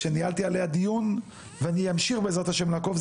שניהלתי עליה דיון ואני אמשיך בעזרת השם לעקוב,